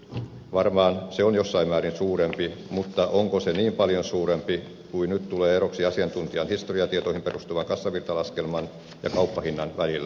varmaan se on jossain määrin suurempi mutta onko se niin paljon suurempi kuin nyt tulee eroksi asiantuntijan historiatietoihin perustuvan kassavirtalaskelman ja kauppahinnan välillä